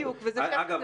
אגב,